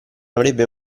avrebbe